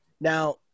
Now